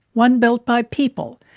one built by people.